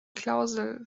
klausel